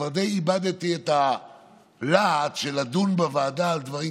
כבר די איבדתי את הלהט של לדון בוועדה על דברים,